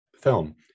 film